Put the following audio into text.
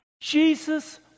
Jesus